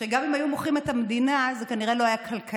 גם אם היו מוכרים את המדינה זה כנראה לא היה כלכלי.